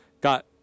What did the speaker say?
got